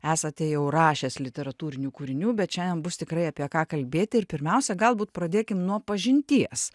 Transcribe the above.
esate jau rašęs literatūrinių kūrinių bet šiandien bus tikrai apie ką kalbėti ir pirmiausia galbūt pradėkim nuo pažinties